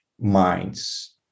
minds